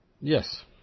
Yes